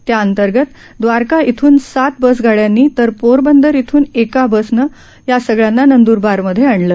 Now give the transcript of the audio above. त्याअंतर्गत द्वारका श्रिन सात बसगाड्यांनी तर पोरबंदर श्रिन एका बसनंया सगळ्यांना नंदुरबारमध्ये आणलं